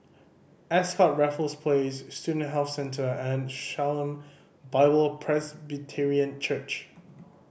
Ascott Raffles Place Student Health Centre and Shalom Bible Presbyterian Church